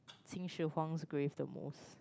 Qin-Shi Huang's grave the most